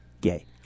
gay